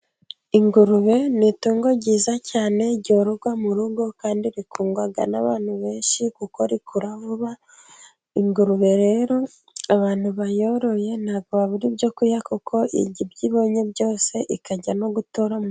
Ingurube ni itungo ryiza cyane ryororwa mu rugo kandi rikundwa n'abantu benshi kuko rikura vuba, ingurube rero abantu bayoroye ntabwo babura ibyo kurya, kuko irya ibyo ibonye byose kandi ikajya no gutora.